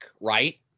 right